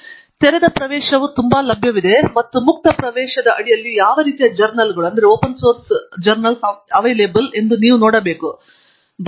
ಆದ್ದರಿಂದ ತೆರೆದ ಪ್ರವೇಶವು ತುಂಬಾ ಲಭ್ಯವಿದೆ ಮತ್ತು ಮುಕ್ತ ಪ್ರವೇಶದ ಅಡಿಯಲ್ಲಿ ಯಾವ ರೀತಿಯ ಜರ್ನಲ್ಗಳು ಲಭ್ಯವಿದೆಯೆಂದು ನಾವು ನೋಡುತ್ತೇವೆ